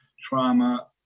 trauma